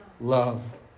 love